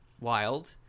wild